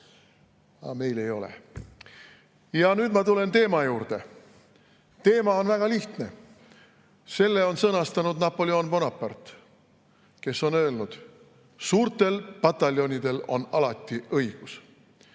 Aga meil ei ole. Nüüd ma tulen teema juurde. Teema on väga lihtne. Selle on sõnastanud Napoleon Bonaparte, kes on öelnud, et suurtel pataljonidel on alati õigus.